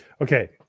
Okay